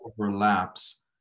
Overlaps